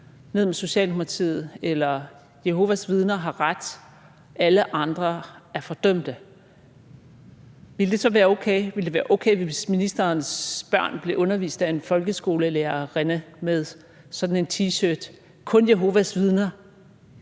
ned med Socialdemokratiet« eller »Jehovas Vidner har ret, alle andre er fordømte«, ville det så være okay? Ville det være okay, hvis ministerens børn blev undervist af en folkeskolelærerinde med en T-shirt med påskriften